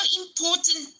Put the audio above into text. important